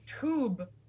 tube